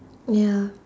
ya